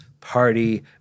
Party